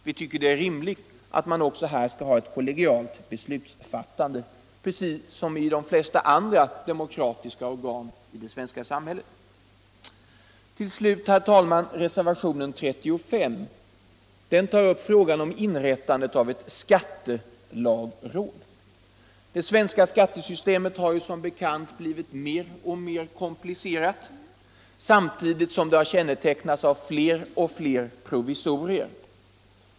Vi tycker det är rimligt att man här skall ha ett kollegialt beslutsfattande, precis som i de flesta andra demokratiska organ i det svenska samhället. Till slut, herr talman, några ord om reservationen 35. Den tar upp frågan om inrättande av ett skattelagråd. Det svenska skattesystemet har som bekant blivit mer och mer komplicerat, samtidigt som det har kännetecknats av fler och fler provisorier.